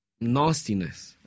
nastiness